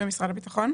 במשרד הביטחון.